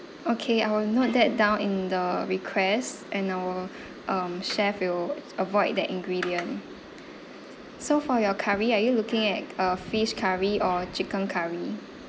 okay I will note that down in the requests and our um chef will avoid that ingredient so for your curry are you looking at uh fish curry or chicken curry